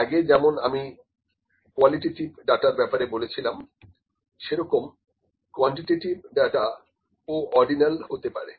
আগে যেমন আমি কোয়ালিটেটিভ ডাটার ব্যাপারে বলেছিলাম সেরকম কোয়ান্টিটেটিভ ডাটা ও অর্ডিনাল হতে পারে